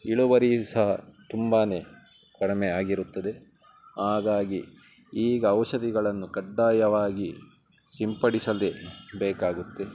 ಇಳುವರಿ ಸಹ ತುಂಬಾ ಕಡಿಮೆಯಾಗಿರುತ್ತದೆ ಹಾಗಾಗಿ ಈಗ ಔಷಧಿಗಳನ್ನು ಕಡ್ಡಾಯವಾಗಿ ಸಿಂಪಡಿಸಲೇ ಬೇಕಾಗುತ್ತೆ